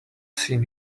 seen